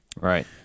right